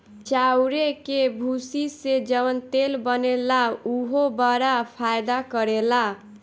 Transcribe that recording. चाउरे के भूसी से जवन तेल बनेला उहो बड़ा फायदा करेला